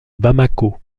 bamako